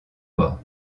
mort